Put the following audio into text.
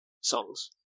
songs